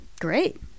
great